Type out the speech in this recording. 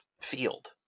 field